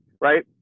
Right